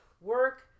work